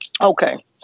Okay